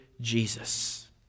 Jesus